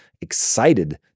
excited